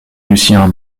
lucien